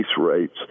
rates